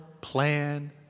plan